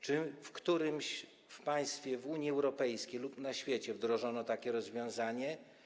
Czy w którymś państwie Unii Europejskiej lub na świecie wdrożono takie rozwiązanie?